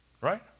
right